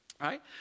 Right